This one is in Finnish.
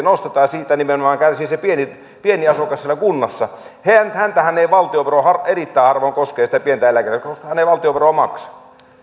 nostetaan ja siitä nimenomaan kärsii se pieni pieni asukas siellä kunnassa häntähän valtionvero erittäin harvoin koskee sitä pientä eläkeläistä koska hän ei valtionveroa maksa